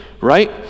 right